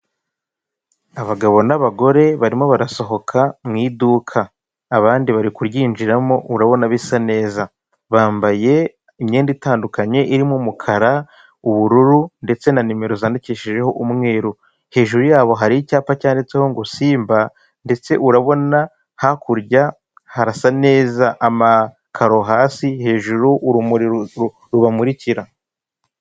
Abagabo n'abagore barimo barasohoka mu iduka, abandi bari kuryinjiramo urabona bisa neza bambaye imyenda itandukanye irimo umukara, ubururu ndetse na numero zandikishijeho umweru, hejuru yabo hari icyapa cyanditseho ngo simba ndetse urabona hakurya harasa neza amakaro hasi, hejuru urumuri rubamurikira.